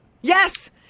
Yes